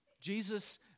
Jesus